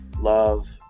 love